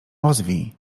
ozwij